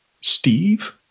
Steve